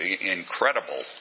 incredible